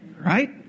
Right